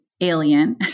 alien